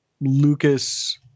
Lucas